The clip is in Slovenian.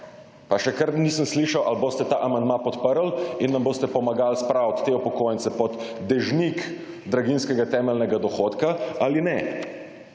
pa še kar nisem slišal ali boste ta amandma podprl in nam boste pomagali spraviti te upokojence pod dežnik draginjskega temeljnega dohodka ali ne.